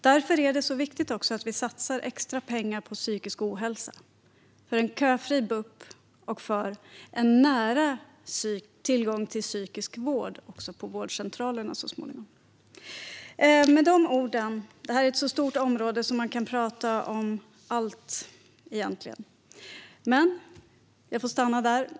Därför är det så viktigt att vi satsar extra pengar på insatser mot den psykiska ohälsan, för en köfri BUP och för en nära tillgång till psykisk vård också på vårdcentralerna så småningom. Detta är ett så stort område att man egentligen kan tala om allt, men jag får stanna där.